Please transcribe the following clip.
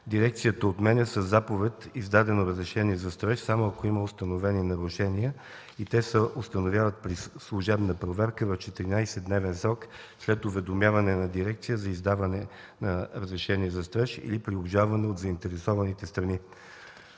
Дирекцията отменя със заповед издадено разрешение за строеж само ако има установени нарушения, и то установени при служебна проверка в 14-дневен срок след уведомяване на дирекцията за издаване на разрешението за строеж или при обжалване от заинтересованите страни.